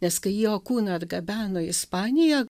nes kai jo kūną atgabeno į ispaniją